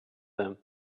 them